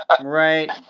Right